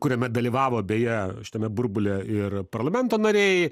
kuriame dalyvavo beje tame burbule ir parlamento nariai